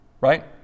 Right